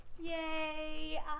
Yay